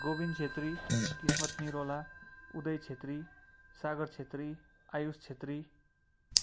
Gobind Chhetri Kismat Niraula Uday Chhetri Sagar Chhetri Ayush Chhetri